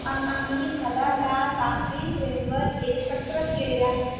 आम्ही मधाला लाकडी फ्रेमवर एकत्र केले आहे